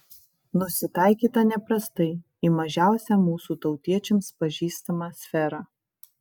nusitaikyta neprastai į mažiausią mūsų tautiečiams pažįstamą sferą